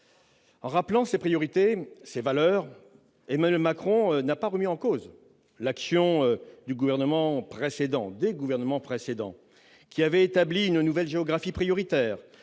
Rappelant ses priorités, ses valeurs, Emmanuel Macron, n'a pas remis en cause l'action du gouvernement précédent, des gouvernements précédents qui avaient établi une nouvelle géographie prioritaire